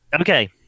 Okay